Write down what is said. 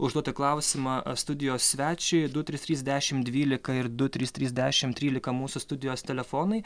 užduoti klausimą studijos svečiui du trys trys dešimt dvylika ir du trys trys dešimt trylika mūsų studijos telefonai